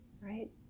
right